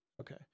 Okay